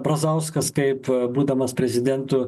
brazauskas kaip būdamas prezidentu